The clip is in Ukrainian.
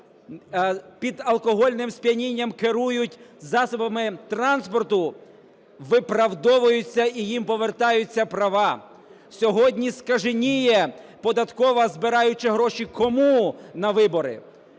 під алкогольним сп'янінням керують засобами транспорту, виправдовуються, і їм повертаються права. Сьогодні скаженіє податкова, збираючи гроші, кому на вибори?